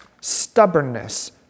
stubbornness